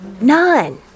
None